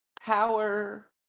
power